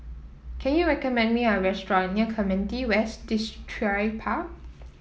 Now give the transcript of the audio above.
can you recommend me a restaurant near Clementi West Distripark